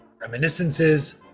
reminiscences